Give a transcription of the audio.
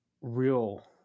real